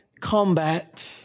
combat